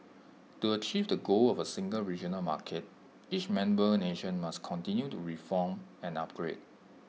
to achieve the goal of A single regional market each member nation must continue to reform and upgrade